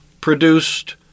produced